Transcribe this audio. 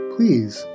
Please